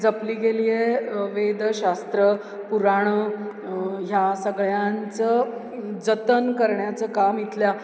जपली गेली आहे वेदशास्त्र पुराणं ह्या सगळ्यांचं जतन करण्याचं काम इथल्या